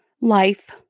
life